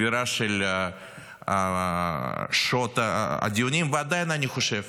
סבירה של שעות דיונים, ועדיין אני חושב